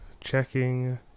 checking